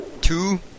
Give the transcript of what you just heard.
Two